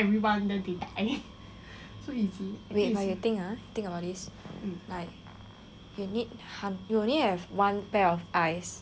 wait you think ah think about this like you need hun~ you only have one pair of eyes